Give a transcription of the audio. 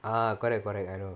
ah correct correct I know